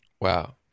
Wow